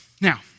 Now